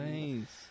Nice